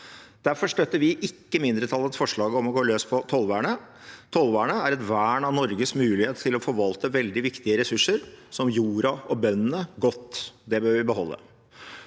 Derfor støtter vi ikke mindretallets forslag om å gå løs på tollvernet. Tollvernet er et vern av Norges mulighet til å forvalte veldig viktige ressurser, som jorda og bøndene, godt. Det bør vi beholde.